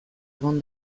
egon